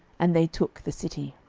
and they took the city.